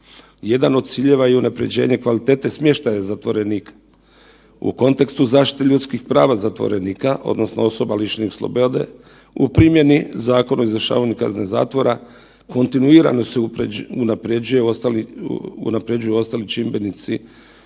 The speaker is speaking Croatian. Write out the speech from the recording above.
Jedan od ciljeva je i unapređenje kvalitete smještaja zatvorenika. U kontekstu zaštite ljudskih prava zatvorenika odnosno osoba lišenih slobode u primjeni Zakona o izvršavanju kazne zatvora kontinuirano se unapređuju ostali čimbenici